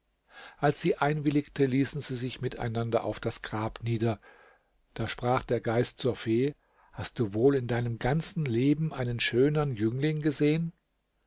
als sie einwilligte ließen sie sich miteinander auf das grab nieder da sprach der geist zur fee hast du wohl in deinem ganzen leben einen schönern jüngling gesehen